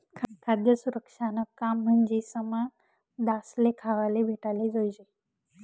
खाद्य सुरक्षानं काम म्हंजी समदासले खावाले भेटाले जोयजे